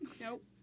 Nope